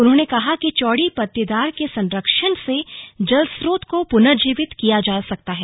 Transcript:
उन्होंने कहा कि चौड़ी पत्तीदार के संरक्षण से जलस्रोत को पुनर्जीवित किया जा सकता है